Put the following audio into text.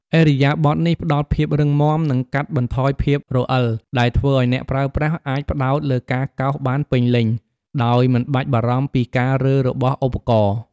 ឥរិយាបថនេះផ្តល់ភាពរឹងមាំ និងកាត់បន្ថយភាពរអិល ដែលធ្វើឱ្យអ្នកប្រើប្រាស់អាចផ្តោតលើការកោសបានពេញលេញ ដោយមិនបាច់បារម្ភពីការរើរបស់ឧបករណ៍។